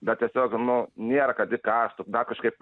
bet tiesiog nu nėra kad įkąstų dar kažkaip